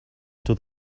until